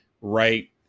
right